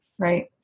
right